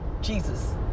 Jesus